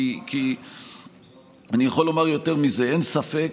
אני יכול לומר יותר מזה: אין ספק